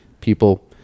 people